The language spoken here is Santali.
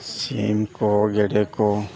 ᱥᱤᱢ ᱠᱚ ᱜᱮᱰᱮ ᱠᱚ